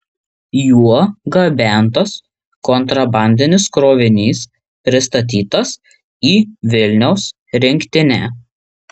juo gabentas kontrabandinis krovinys pristatytas į vilniaus rinktinę